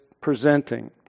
presenting